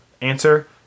Answer